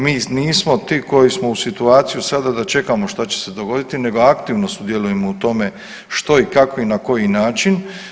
Mi nismo ti koji smo u situaciji sada da čekamo šta će se dogoditi nego aktivno sudjelujemo u tome što i kako i na koji način.